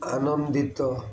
ଆନନ୍ଦିତ